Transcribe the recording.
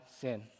sin